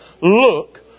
Look